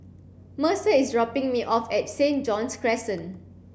Mercer is dropping me off at Saint John's Crescent